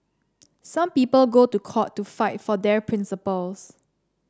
some people go to court to fight for their principles